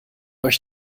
euch